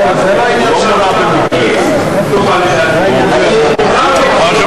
אדוני היושב-ראש,